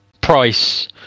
price